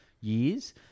years